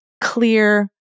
clear